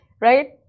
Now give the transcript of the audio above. Right